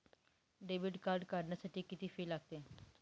Debit card काढण्यासाठी किती fee लागते?